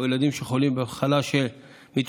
או ילדים שחולים במחלה מתמשכת.